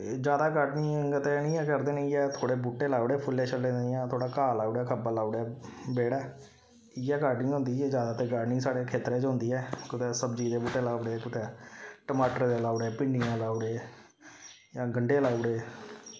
ते ज्यादा गार्डनिंग ते इ'यां करदे नीं ऐ थोह्ड़े बहूटे लाई औड़े फुल्लें छुल्लें इयां थोह्ड़ा घाह् लाई ओड़ेआ खब्बल लाई ओड़ेआ बेह्ड़ै इयै गाडनिंग होंदी ऐ ज्यादा गाडनिंग ते साढ़े खेत्तरै च होंदी कुतै सब्जी दे बहूटे लाई औड़े कुतै टमाटरें दे लाई ओड़े भिंडियें लाई ओड़े जां गंढे लाई ओड़े